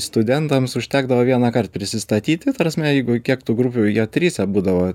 studentams užtekdavo vienąkart prisistatyti ta prasme jeigu kiek tų grupių jie trise būdavo